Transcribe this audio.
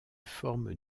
formes